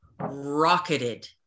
rocketed